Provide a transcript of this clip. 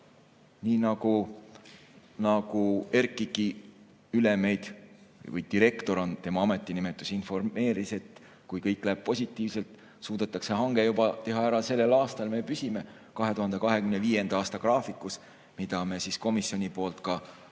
nii, nagu RKIK‑i ülem – direktor on tema ametinimetus – meid informeeris, et kui kõik läheb positiivselt, suudetakse hange teha ära juba sellel aastal ja me püsime 2025. aasta graafikus, mida me komisjoni poolt ka